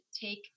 take